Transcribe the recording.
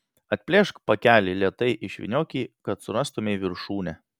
atplėšk pakelį lėtai išvyniok jį kad surastumei viršūnę